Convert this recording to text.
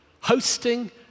hosting